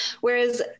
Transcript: Whereas